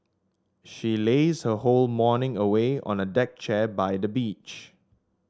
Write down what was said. she lazed her whole morning away on a deck chair by the beach